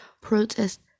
protest